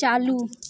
चालू